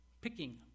picking